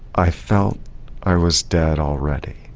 i felt i was dead already.